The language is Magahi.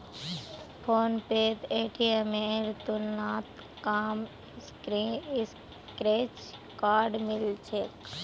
फोनपेत पेटीएमेर तुलनात कम स्क्रैच कार्ड मिल छेक